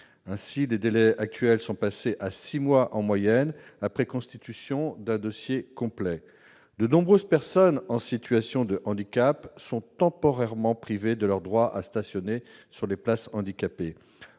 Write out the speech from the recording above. Ainsi, les délais actuels sont passés à six mois en moyenne, après constitution d'un dossier complet. De nombreuses personnes en situation de handicap sont temporairement privées de leur droit à stationner sur les places handicapées.